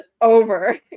over